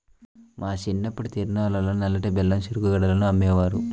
మా చిన్నప్పుడు తిరునాళ్ళల్లో నల్లటి బెల్లం చెరుకు గడలను అమ్మేవారు